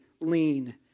lean